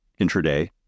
intraday